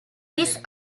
this